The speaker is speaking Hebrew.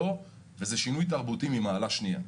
לא וזה שינוי תרבותי ממעלה שניה.